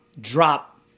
drop